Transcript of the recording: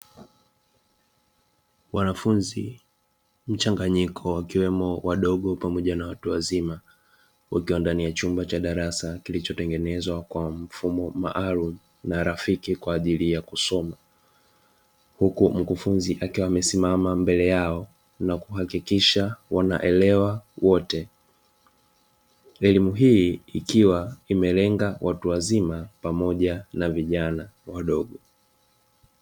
Wanafunzi mchanganyiko wakiwemo wadogo pamoja na watu wazima wakiwa ndani ya chumba cha darasa kilichotengenezwa kwa mfumo maalum na rafiki kwa ajili ya kusoma. Huku mkufunzi akiwa amesimama mbele yao na kuhakikisha wanaelewa wote. Elimu hii ikiwa imelenga watu wazima pamoja na vijana wadogo.